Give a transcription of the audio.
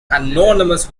anonymous